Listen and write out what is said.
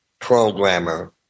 programmer